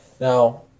Now